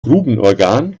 grubenorgan